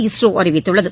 இஸ்ரோ அறிவித்துள்ளது